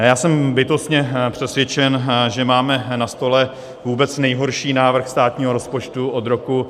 Já jsem bytostně přesvědčen, že máme na stole vůbec nejhorší návrh státního rozpočtu od roku 1989.